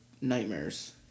nightmares